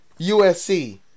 USC